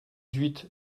huit